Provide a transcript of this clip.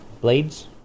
blades